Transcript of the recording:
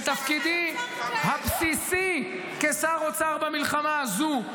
ותפקידי הבסיסי כשר אוצר במלחמה הזאת,